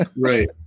right